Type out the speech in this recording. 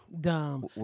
Dumb